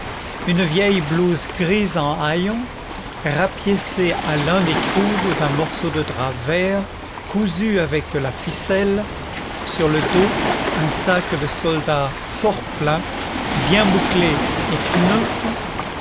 une vieille blouse grise en haillons rapiécée à l'un des coudes d'un morceau de drap vert cousu avec de la ficelle sur le dos un sac de soldat fort plein bien bouclé et tout neuf